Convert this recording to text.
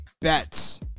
bets